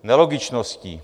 Nelogičností.